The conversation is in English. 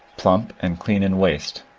plump and clean in waist,